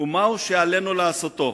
מה הוא שעלינו לעשותו